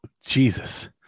Jesus